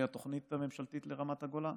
התוכנית הממשלתית לרמת הגולן,